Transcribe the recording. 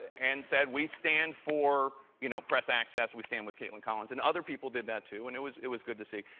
and said we stand for, you know, press access, we stand with caitlin collins, and other people did that, too. and it was it was good to see.